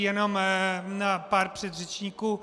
Jenom na pár předřečníků.